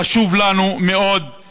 חשוב לנו שתגיעו,